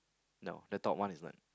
no the one is not